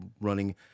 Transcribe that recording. running